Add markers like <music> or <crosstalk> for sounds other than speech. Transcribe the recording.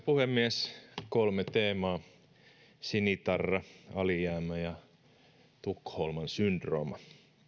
<unintelligible> puhemies kolme teemaa sinitarra alijäämä ja tukholman syndrooma